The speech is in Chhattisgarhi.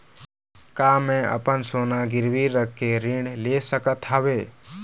का मैं अपन सोना गिरवी रख के ऋण ले सकत हावे?